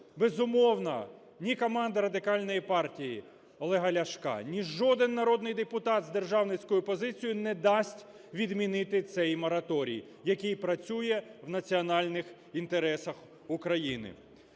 Безумовно, ні команда Радикальної партії Олега Ляшка, ні жоден народний депутат з державницькою позицією не дасть відмінити цей мораторій, який працює в національних інтересах України.